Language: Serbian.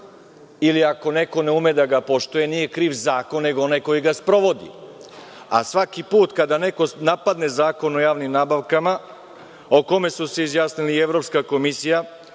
ili ako neko ne ume da ga poštuje, nije kriv zakon nego onaj koji ga sprovodi. Svaki put kada neko napadne Zakon o javnim nabavkama o kome su se izjasnili i Evropska komisija